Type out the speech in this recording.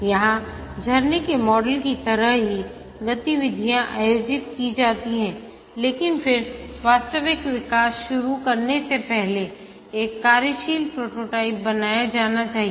यहां झरने के मॉडल की तरह ही गतिविधियाँ आयोजित की जाती हैं लेकिन फिर वास्तविक विकास शुरू करने से पहले एक कार्यशील प्रोटोटाइप बनाया जाना चाहिए